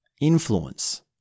influence